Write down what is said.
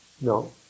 No